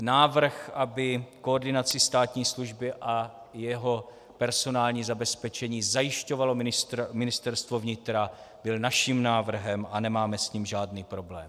Návrh, aby koordinaci státní služby a její personální zabezpečení zajišťovalo Ministerstvo vnitra, byl naším návrhem a nemáme s ním žádný problém.